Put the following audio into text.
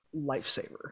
Lifesaver